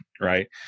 right